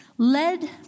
Led